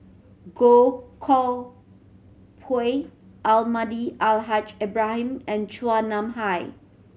Goh Koh Pui Almahdi Al Haj Ibrahim and Chua Nam Hai